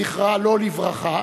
זכרה לא לברכה,